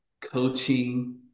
coaching